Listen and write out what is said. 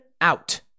out